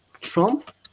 trump